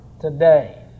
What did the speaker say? today